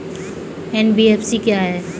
NBFC क्या है?